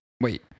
wait